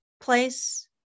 place